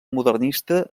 modernista